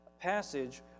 passage